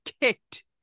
kicked